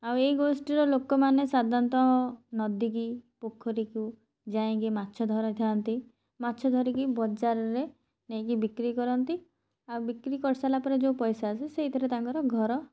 ଆଉ ଏଇ ଗୋଷ୍ଠୀର ଲୋକମାନେ ସାଧାରଣତଃ ନଦୀକି ପୋଖରୀକି ଯାଇଁକି ମାଛ ଧରିଥାନ୍ତି ମାଛ ଧରିକି ବଜାରରେ ନେଇକି ବିକ୍ରି କରନ୍ତି ଆଉ ବିକ୍ରି କରିସାରିଲା ପରେ ଯେଉଁ ପଇସା ଆସେ ସେଇଥିରେ ତାଙ୍କର ଘର